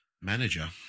manager